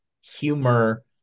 humor